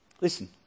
Listen